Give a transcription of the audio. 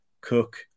Cook